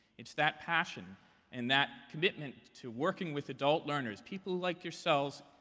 it's that passion and that commitment to working with adult learners people like yourselves,